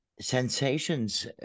sensations